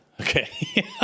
Okay